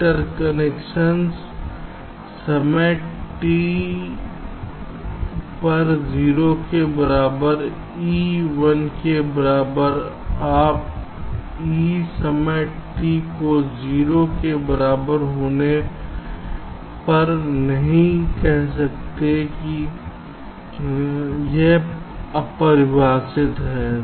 intersection समय t पर 0 के बराबर e 1 के बराबर आप e समय t को 0 के बराबर होने पर नहीं कह सकते कि यह अपरिभाषित है